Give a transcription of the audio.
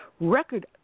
record